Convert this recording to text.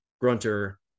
grunter